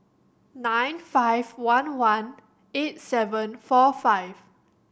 nine five one one eight seven four five